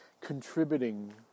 contributing